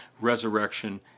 resurrection